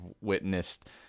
witnessed